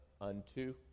unto